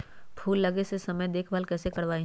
फल लगे के समय देखभाल कैसे करवाई?